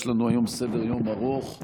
יש לנו היום סדר-יום ארוך,